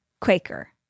Quaker